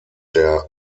der